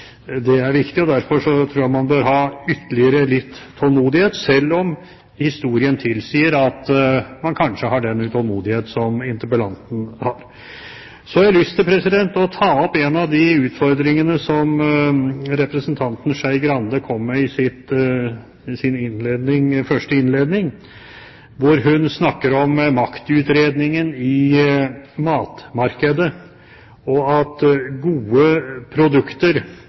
viktig, og derfor tror jeg man bør ha ytterligere litt tålmodighet, selv om historien tilsier at man kanskje har den utålmodighet som interpellanten har. Så har jeg lyst til å ta opp en av de utfordringene som representanten Skei Grande kom med i sin innledning, hvor hun snakker om maktutredningen i matmarkedet, og at gode